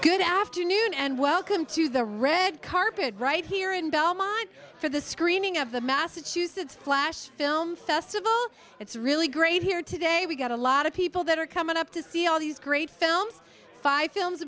good afternoon and welcome to the red carpet right here in belmont for the screening of the massachusetts flash film festival it's really great here today we got a lot of people that are coming up to see all these great films five films